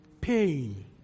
pain